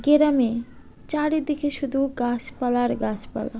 গ্রামে চারিদিকে শুধু গাছপালার গাছপালা